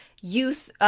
youth